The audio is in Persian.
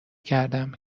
کردم